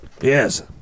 yes